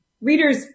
readers